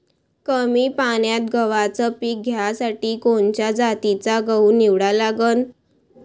कमी पान्यात गव्हाचं पीक घ्यासाठी कोनच्या जातीचा गहू निवडा लागन?